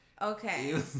Okay